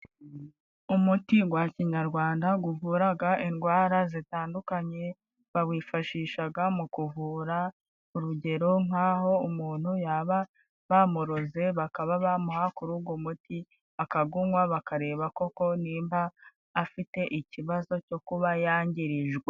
Umuti gwa kinyarwanda guvuraga indwara zitandukanye, bawifashishaga mu kuvura. Urugero nk'aho umuntu yaba bamuroze bakaba bamuha kuri ugo muti akagunywa bakareba koko nimba afite ikibazo cyo kuba yangirijwe.